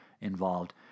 involved